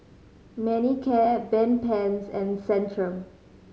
Manicare Bedpans and Centrum